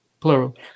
plural